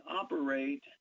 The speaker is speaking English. operate